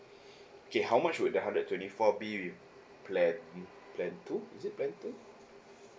okay how much would the hundred twenty four be with plan mm plan two is it plan two